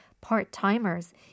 part-timers